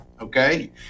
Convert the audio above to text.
okay